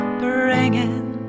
bringing